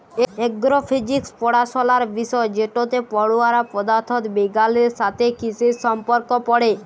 এগ্র physics পড়াশলার বিষয় যেটতে পড়ুয়ারা পদাথথ বিগগালের সাথে কিসির সম্পর্ক পড়ে